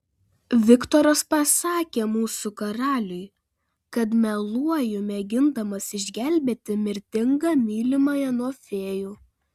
viktoras pasakė mūsų karaliui kad meluoju mėgindamas išgelbėti mirtingą mylimąją nuo fėjų